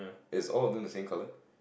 is all of them the same colour